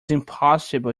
impossible